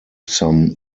some